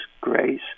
grace